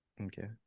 Okay